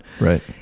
right